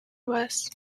west